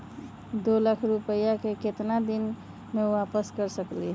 दो लाख रुपया के केतना दिन में वापस कर सकेली?